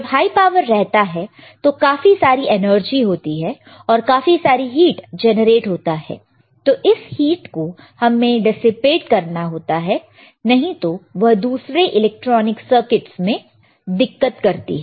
जब high power रहता है तो काफी सारी एनर्जी होती है और काफी सारी हिट जेनरेट होता है तो इस हिट को हमें डिसिपेट करना होता है नहीं तो वह दूसरे इलेक्ट्रॉनिक सर्किटस में दिक्कत करती हैं